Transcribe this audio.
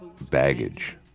baggage